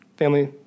family